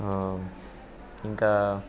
ఇంకా